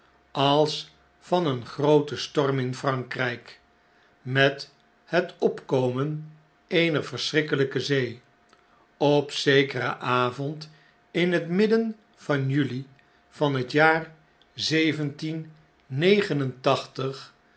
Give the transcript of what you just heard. als van een grooten storm in frankrijk met het opkomen eener verschrikkeiyke zee op zekeren avond in het midden van juli van het jaar